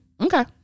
Okay